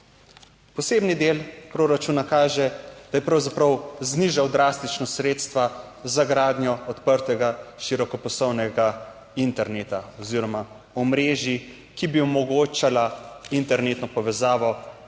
Posebni del proračuna kaže, da je pravzaprav znižal drastično sredstva za gradnjo odprtega širokopasovnega interneta oziroma omrežij, ki bi omogočala internetno povezavo